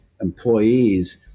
employees